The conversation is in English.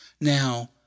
Now